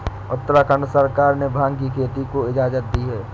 उत्तराखंड सरकार ने भाँग की खेती की इजाजत दी है